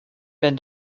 been